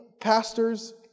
pastors